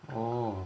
orh